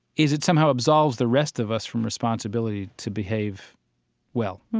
is it somehow absolves the rest of us from responsibility to behave well.